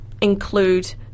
include